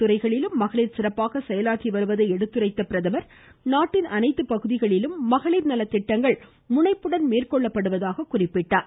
துறைகளிலும் மகளிர் சிறப்பாக செயலாற்றி அனைத்து வருவதை எடுத்துரைத்த பிரதமர் நாட்டின் அனைத்து பகுதிகளிலும் மகளிர் நல திட்டங்கள் முனைப்புடன் மேற்கொள்ளப்படுவதாக குறிப்பிட்டார்